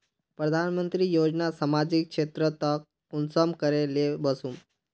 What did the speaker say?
प्रधानमंत्री योजना सामाजिक क्षेत्र तक कुंसम करे ले वसुम?